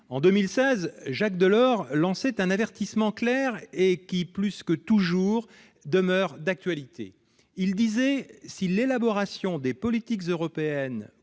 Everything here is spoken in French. en 2016 Jacques Delors lançait un avertissement clair et qui plus que toujours demeure d'actualité, il disait si l'élaboration des politiques européennes